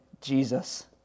Jesus